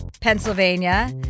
Pennsylvania